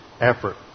effort